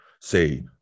say